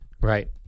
Right